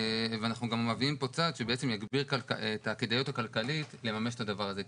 ואנחנו גם מביאים פה צד שיגביר את הכדאיות הכלכלית לממש את הדבר הזה.